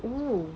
oh